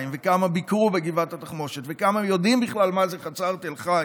וכמה ביקרו בגבעת התחמושת וכמה יודעים בכלל מה זה חצר תל חי.